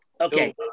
Okay